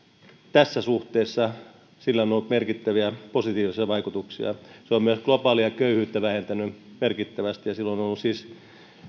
tässä suhteessa merkittäviä positiivisia vaikutuksia se on myös globaalia köyhyyttä vähentänyt merkittävästi ja sillä on ollut siis